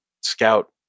scout